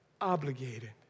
Obligated